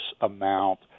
amount